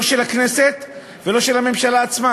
לא של הכנסת ולא של הממשלה עצמה,